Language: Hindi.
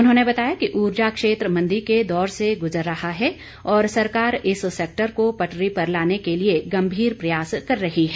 उन्होंने बताया कि ऊर्जा क्षेत्र मंदी के दौर से गुजर रहा है और सरकार इस सेक्टर को पटरी पर लाने के लिए गंभीर प्रयास कर रही है